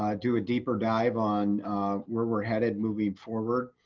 do a deeper dive on where we're headed, moving forward.